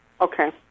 Okay